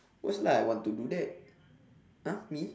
of course lah I want to do that !huh! me